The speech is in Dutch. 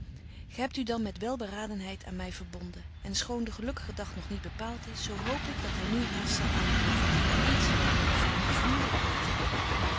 gy hebt u dan met welberadenheid aan my verbonden en schoon de gelukkige dag nog niet bepaalt is zo hoop ik dat hy nu haast zal aanbreken iets waarom ik u vurig bid